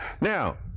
Now